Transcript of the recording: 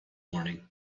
morning